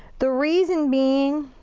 the reason being